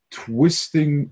twisting